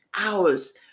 hours